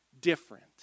different